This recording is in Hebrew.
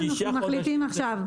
אנחנו מחליטים עכשיו.